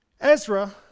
Ezra